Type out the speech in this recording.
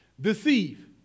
Deceive